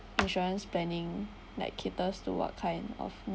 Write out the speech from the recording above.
insurance planning like caters to what kind of